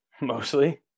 mostly